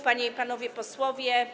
Panie i Panowie Posłowie!